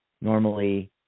normally